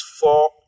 four